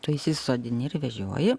prisisodini ir vežioji